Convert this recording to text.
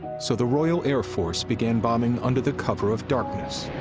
so the royal air force began bombing under the cover of darkness.